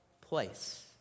place